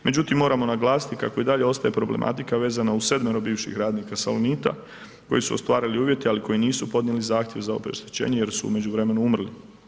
Međutim, moramo naglasiti kako i dalje ostaje problematika vezana uz 7-oro bivših radnika Salonita koji su ostvarili uvjete, ali koji nisu podnijeli zahtjeve za obeštećenje jer su u međuvremenu umrli.